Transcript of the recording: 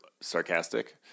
sarcastic